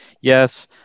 yes